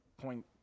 point